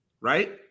Right